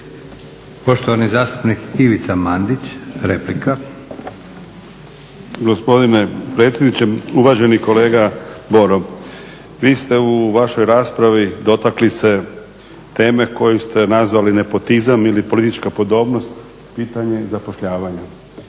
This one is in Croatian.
Poštovani zastupnik Ivica Mandić, replika. **Mandić, Ivica (HNS)** Gospodine predsjedniče. Uvaženi kolega Boro, vi ste u vašoj raspravi dotakli se teme koju ste nazvali nepotizam ili politička podobnost … i zapošljavanja.